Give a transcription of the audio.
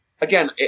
again